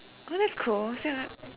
oh that's cool